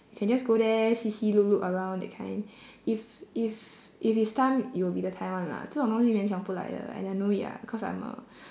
can just go there see see look look around that kind if if if it's time it will be the time [one] lah 这种东西勉强不来的 and I know it ah because I'm a